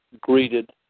greeted